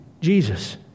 Jesus